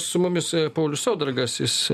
su mumis paulius saudargas jis